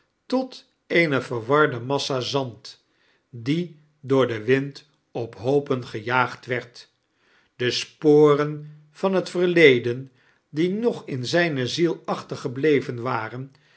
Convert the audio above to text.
tot eeme verwarde massa zand die door den wind op hoopen gejaagd werd de sporen van het verieden die nog in zijne ziel achtergebleven waren